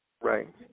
Right